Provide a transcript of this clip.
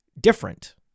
different